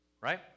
Right